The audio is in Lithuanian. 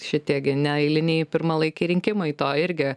šitie gi neeiliniai pirmalaikiai rinkimai to irgi